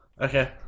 Okay